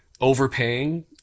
overpaying